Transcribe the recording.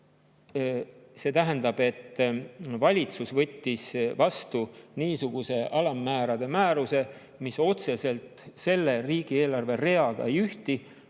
palkadeks]. Valitsus võttis vastu niisuguse alammäärade määruse, mis otseselt selle riigieelarve reaga ei ühti,